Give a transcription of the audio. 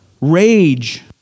Rage